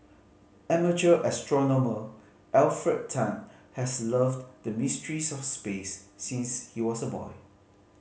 amateur astronomer Alfred Tan has loved the mysteries of space since he was a boy